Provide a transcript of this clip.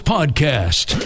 Podcast